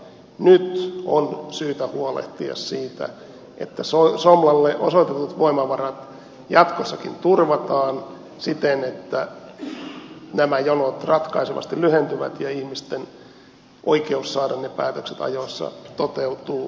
nyt on syytä huolehtia siitä että somlalle osoitetut voimavarat jatkossakin turvataan siten että nämä jonot ratkaisevasti lyhentyvät ja ihmisten oikeus saada ne päätökset ajoissa toteutuu